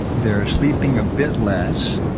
they're sleeping a bit less.